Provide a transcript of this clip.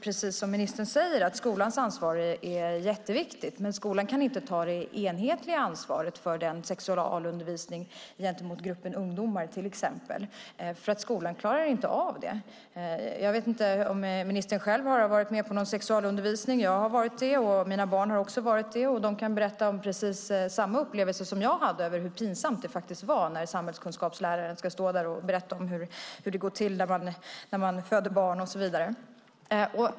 Precis som ministern säger är skolans ansvar jätteviktigt, men skolan kan inte ta det enhetliga ansvaret för sexualundervisningen gentemot gruppen ungdomar till exempel, eftersom skolan inte klarar av det. Jag vet inte om ministern själv har varit med på någon sexualundervisning. Jag har varit det, och mina barn har också varit det. De kan berätta om precis samma upplevelser som jag hade, hur pinsamt det var när samhällskunskapsläraren skulle stå där och berätta om hur det går till när man föder barn och så vidare.